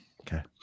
Okay